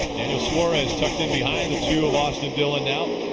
suarez sucked in behind the two of austin dillon now.